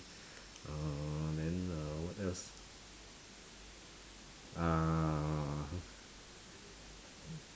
err then uh what else ah